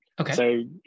okay